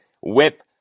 whip